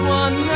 one